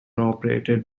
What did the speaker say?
operated